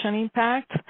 impact